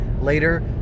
later